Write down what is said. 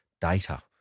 data